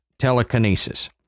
telekinesis